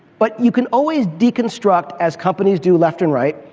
but you can always deconstruct, as companies do left and right,